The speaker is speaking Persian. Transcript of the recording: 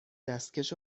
دستکش